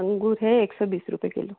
अंगूर है एक सौ बीस रुपये किलो